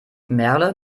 merle